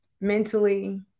mentally